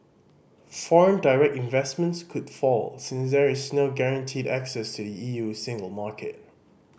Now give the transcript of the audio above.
foreign direct investment could fall since there is no guaranteed access to the E U single market